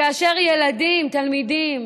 כאשר ילדים, תלמידים,